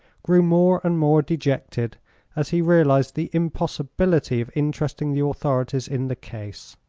grew more and more dejected as he realized the impossibility of interesting the authorities in the case.